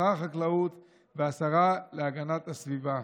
שר החקלאות והשרה להגנת הסביבה,